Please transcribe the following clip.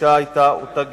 הגישה היתה אותה גישה,